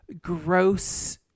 gross